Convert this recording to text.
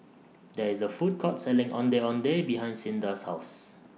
There IS A Food Court Selling Ondeh Ondeh behind Cinda's House